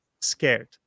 scared